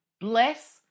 Bless